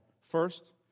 First